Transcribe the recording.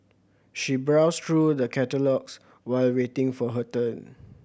she browsed through the catalogues while waiting for her turn